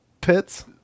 pits